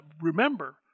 remember